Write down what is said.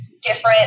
different